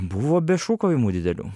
buvo be šūkavimų didelių